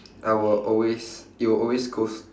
I will always it will always goes